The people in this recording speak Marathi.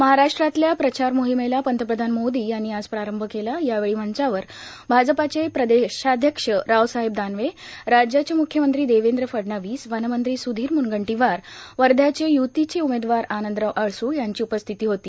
महाराष्ट्रातल्या प्रचार मोहिमेला पंतप्रधान मोदी यांनी आज प्रारंभ केला यावेळी मंचावर भाजपाचे प्रदेशाध्यक्ष रावसाहेब दानवे राज्याचे मुख्यमंत्री देवेंद्र फडणवीस वनमंत्री सुधीर मूनगंटीवार वध्याचे यूतीचे उमेदवार आनंदराव अडसूळ यांची उपस्थिती होती